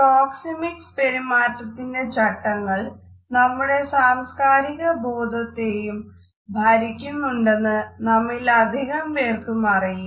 proxemics പെരുമാറ്റത്തിന്റെ ചട്ടങ്ങൾ നമ്മുടെ സാംസ്കാരിക ബോധത്തെയും ഭരിക്കുന്നുണ്ടെന്ന് നമ്മിൽ അധികം പേർക്കും അറിയില്ല